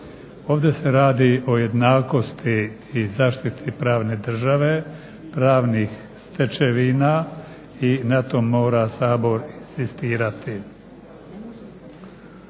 Ovdje se radi o jednakosti i zaštiti pravne države, pravnih stečevina i na tom mora Sabor inzistirati.